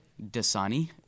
Dasani